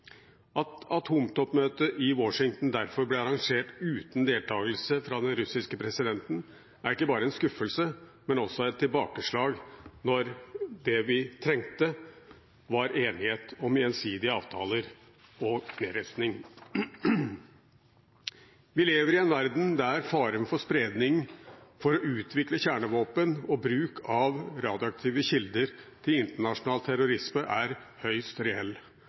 At atomtoppmøtet i Washington derfor ble arrangert uten deltakelse fra den russiske presidenten, er ikke bare en skuffelse, men også et tilbakeslag når det vi trengte, var enighet om gjensidige avtaler om nedrustning. Vi lever i en verden der faren for spredning for å utvikle kjernevåpen og bruk av radioaktive kilder til internasjonal terrorisme er høyst reell,